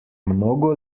mnogo